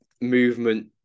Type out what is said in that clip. movement